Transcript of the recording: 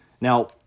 Now